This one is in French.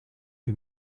que